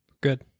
Good